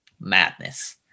Madness